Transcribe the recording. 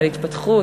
על התפתחות,